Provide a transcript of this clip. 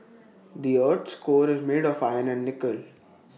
the Earth's core is made of iron and nickel